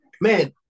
Man